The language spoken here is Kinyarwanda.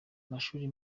amashuri